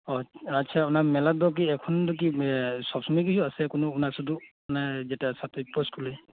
ᱟᱪᱪᱷᱟ ᱚᱱᱟ ᱢᱮᱞᱟ ᱫᱚᱠᱤ ᱮᱠᱷᱚᱱ ᱫᱚᱠᱤ ᱥᱚᱵᱽᱼᱥᱳᱢᱚᱭ ᱜᱮ ᱦᱳᱭᱳᱜᱼᱟ ᱥᱮ ᱠᱳᱱᱳ ᱥᱩᱫᱷᱩ ᱡᱚᱠᱷᱚᱱ ᱚᱱᱟ ᱡᱮᱴᱟ ᱥᱟᱛᱮᱭ ᱯᱳᱥ ᱨᱮ